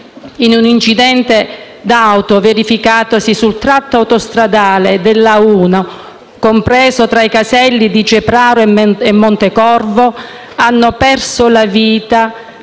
in un incidente d'auto verificatosi sul tratto autostradale della A1, compreso tra i caselli di Cepraro e Montecorvo, hanno perso la vita